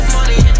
Money